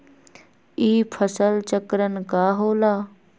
ई फसल चक्रण का होला?